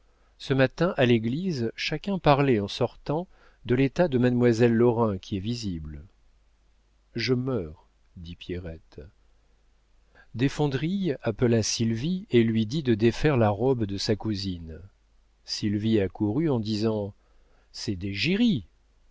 ce matin à l'église chacun parlait en sortant de l'état de mademoiselle lorrain qui est visible je meurs dit pierrette desfondrilles appela sylvie et lui dit de défaire la robe de sa cousine sylvie accourut en disant c'est des